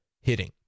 hitting